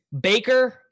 Baker